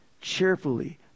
cheerfully